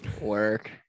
Work